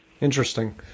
Interesting